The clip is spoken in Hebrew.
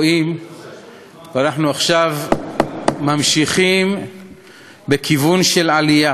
ואנחנו עכשיו ממשיכים בכיוון של עלייה,